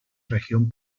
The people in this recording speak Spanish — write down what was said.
región